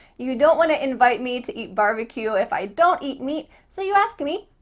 you don't want to invite me to eat barbecue if i don't eat meat. so you ask me,